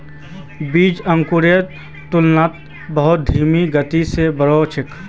बीज अंकुरेर तुलनात बहुत धीमी गति स बढ़ छेक